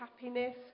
happiness